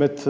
med,